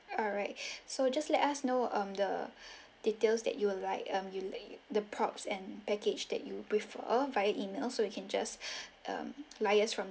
alright so just let us know um the details that you'd like um you like the props and package that you prefer via email so we can just um liase from